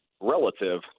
relative